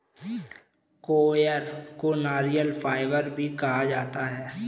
coir को नारियल fibre भी कहा जाता है